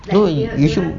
no you should